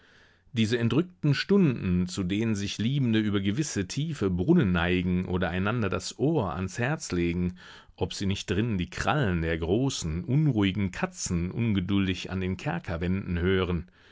diese entrückten stunden zu denen sich liebende über gewisse tiefe brunnen neigen oder einander das ohr ans herz legen ob sie nicht drinnen die krallen der großen unruhigen katzen ungeduldig an den kerkerwänden hören